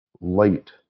late